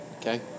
Okay